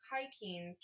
hiking